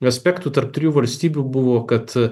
aspektų tarp trijų valstybių buvo kad